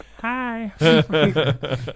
Hi